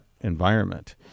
environment